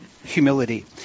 Humility